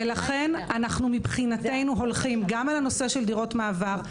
לכן מבחינתנו אנחנו הולכים גם על דירות המעבר,